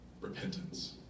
repentance